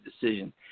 decision